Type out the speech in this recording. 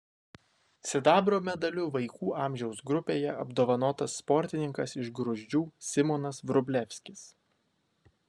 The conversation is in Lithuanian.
sidabro medaliu vaikų amžiaus grupėje apdovanotas sportininkas iš gruzdžių simonas vrublevskis